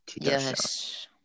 Yes